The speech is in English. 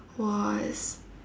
was